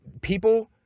people –